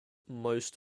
most